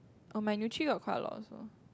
oh my nutri got quite a lot also